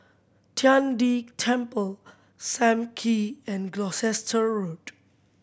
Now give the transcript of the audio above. Tian De Temple Sam Kee and Gloucester Road